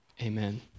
amen